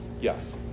Yes